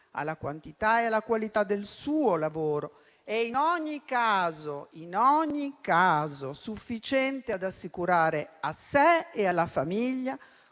alla quantità e qualità del suo lavoro e in ogni caso sufficiente ad assicurare a sé e alla famiglia